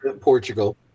Portugal